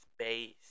space